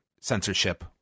censorship